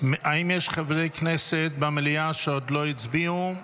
האם יש חברי כנסת במליאה שעוד לא הצביעו?